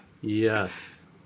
Yes